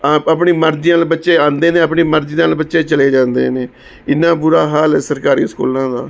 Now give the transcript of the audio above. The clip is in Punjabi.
ਆਪ ਆਪਣੀ ਮਰਜ਼ੀ ਨਾਲ ਬੱਚੇ ਆਉਂਦੇ ਨੇ ਆਪਣੀ ਮਰਜ਼ੀ ਦੇ ਨਾਲ ਬੱਚੇ ਚਲੇ ਜਾਂਦੇ ਨੇ ਇੰਨਾਂ ਬੁਰਾ ਹਾਲ ਸਰਕਾਰੀ ਸਕੂਲਾਂ ਦਾ